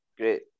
great